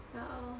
ya lor